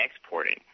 exporting